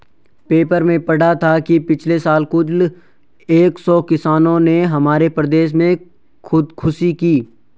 paper में पढ़ा था कि पिछले साल कुल एक सौ किसानों ने हमारे प्रदेश में खुदकुशी की